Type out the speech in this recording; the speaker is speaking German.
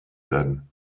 werden